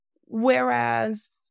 Whereas